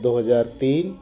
दो हजार तीन